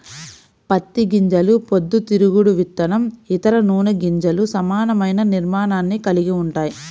పత్తి గింజలు పొద్దుతిరుగుడు విత్తనం, ఇతర నూనె గింజలకు సమానమైన నిర్మాణాన్ని కలిగి ఉంటాయి